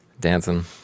dancing